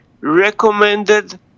recommended